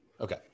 Okay